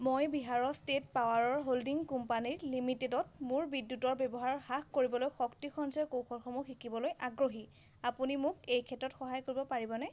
মই বিহাৰ ষ্টেট পাৱাৰৰ holding company লিমিটেডত মোৰ বিদ্যুতৰ ব্যৱহাৰ হ্ৰাস কৰিবলৈ শক্তি সঞ্চয় কৌশলসমূহ শিকিবলৈ আগ্ৰহী আপুনি মোক এই ক্ষেত্ৰত সহায় কৰিব পাৰিবনে